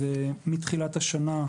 מתחילת השנה,